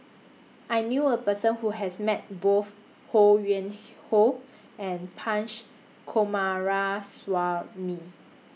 I knew A Person Who has Met Both Ho Yuen Hoe and Punch Coomaraswamy